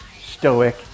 Stoic